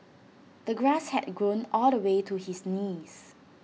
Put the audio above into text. the grass had grown all the way to his knees